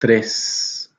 tres